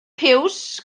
piws